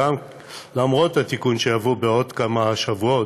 למרות התיקון שיבוא בעוד כמה שבועות,